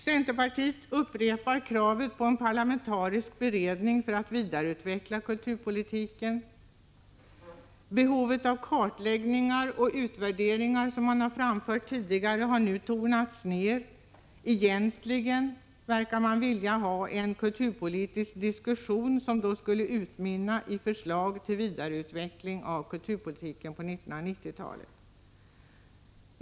Centerpartiet upprepar kravet på en parlamentarisk beredning för att vidareutveckla kulturpolitiken. Behovet av kartläggningar och utvärderingar, som man tidigare har understrukit, har nu tonats ned. Egentligen vill man i dag närmast ha en kulturpolitisk diskussion, utmynnande i förslag till vidareutveckling av kulturpolitiken på 1990-talet.